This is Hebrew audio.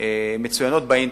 מצוינים באינטרנט.